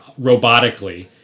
robotically